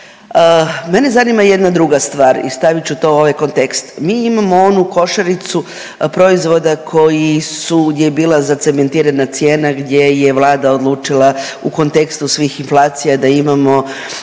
Mene zanima jedna druga stvar i stavit ću to u ovaj kontekst. Mi imamo onu košaricu proizvoda koji su gdje je bila zacementirana cijena gdje je Vlada odlučila u kontekstu svih inflacija da imamo